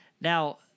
Now